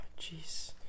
jeez